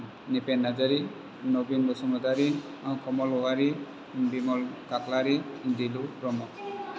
Diphen Narzary Nabin Basumatary Nalkamal Owary Bimal Khakhlary Dilu Brahma